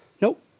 Nope